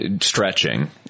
stretching